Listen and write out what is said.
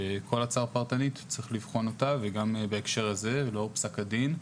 כל הצעה פרטנית צריך לבחון אותה וגם בהקשר הזה לאור פסק הדין,